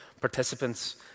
participants